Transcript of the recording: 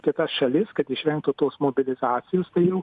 kitas šalis kad išvengtų tos mobilizacijos tai jau